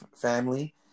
family